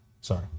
Sorry